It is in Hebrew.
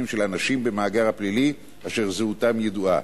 של אנשים במאגר הפלילי אשר זהותם ידועה.